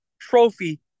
Trophy